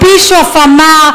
הבישוף אמר,